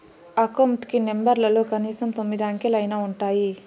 account కి నెంబర్లలో కనీసం తొమ్మిది అంకెలైనా ఉంటాయి